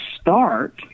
start